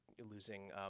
losing